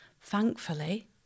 thankfully